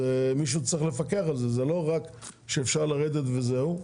מישהו צריך לפקח על זה, זה לא רק שאפשר לרדת וזהו.